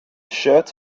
shirt